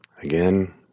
Again